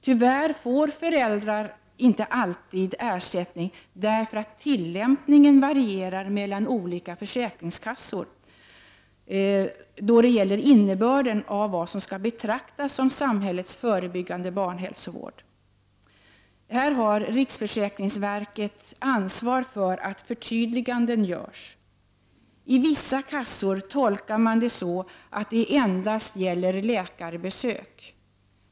Tyvärr får föräldrar inte alltid ersättning, eftersom tillämpningen varierar mellan olika försäkringskassor då det gäller innebörden av det som skall betraktas som samhällets förebyggande barnhälsovård. Här har riksförsäkringsverket ett ansvar för att förtydliganden görs. I vissa kassor tolkar man detta så, att det endast gäller läkarbesök.